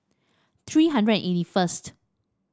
three hundred and eighty first